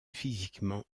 physiquement